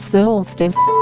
Solstice